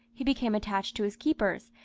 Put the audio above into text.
he became attached to his keepers,